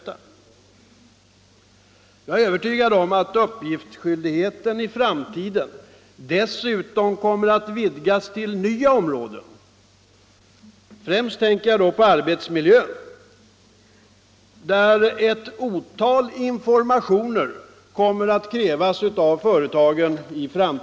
Jag är övertygad om att uppgiftsskyldigheten i framtiden kommer att vidgas till nya områden. Främst tänker jag då på arbetsmiljön, där ett otal informationer i framtiden kommer att krävas från företagen.